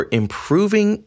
improving